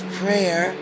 prayer